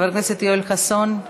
חבר הכנסת יואל חסון,